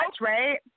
right